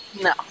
No